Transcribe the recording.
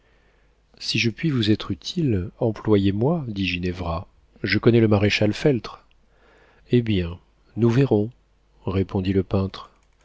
si je puis vous être utile employez-moi dit ginevra je connais le maréchal feltre eh bien nous verrons répondit le peintre